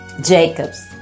Jacob's